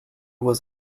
was